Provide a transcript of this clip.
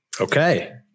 Okay